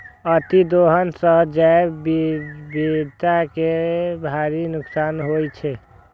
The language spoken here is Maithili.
अतिदोहन सं जैव विविधता कें भारी नुकसान होइ छै